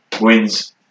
wins